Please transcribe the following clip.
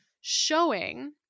showing